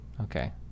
Okay